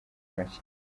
ntoki